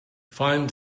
find